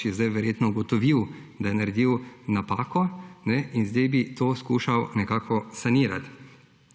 zdaj verjetno ugotovil, da je naredil napako in zdaj bi to skušal nekako sanirati.